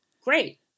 Great